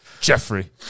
Jeffrey